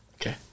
Okay